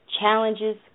Challenges